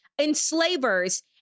enslavers